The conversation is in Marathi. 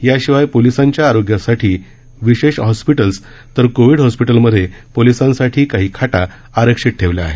याशिवाय पोलिसांच्या आरोग्यासाठी विशेष हॉस्पिटल्स् तर कोविड हॉस्पिटलमध्ये पोलिसांसाठी काही खाटा आरक्षित ठेवल्या आहेत